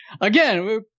again